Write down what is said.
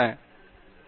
பேராசிரியர் எஸ்